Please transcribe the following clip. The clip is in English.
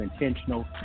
intentional